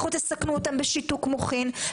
לכו תסכנו אותם בשיתוק מוחין.